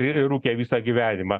ir rūkė visą gyvenimą